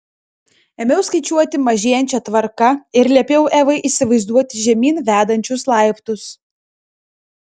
ėmiau skaičiuoti mažėjančia tvarka ir liepiau evai įsivaizduoti žemyn vedančius laiptus